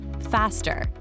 faster